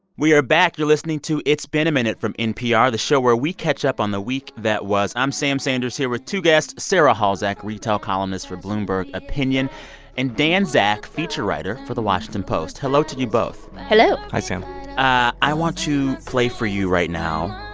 we are back. you're listening to it's been a minute from npr, the show where we catch up on the week that was. i'm sam sanders here with two guests, sarah halzack, retail columnist for bloomberg opinion and dan zak, feature writer for the washington post. hello to you, both hello hi, sam i want to play for you, right now,